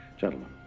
Gentlemen